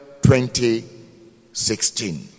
2016